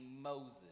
Moses